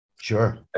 Sure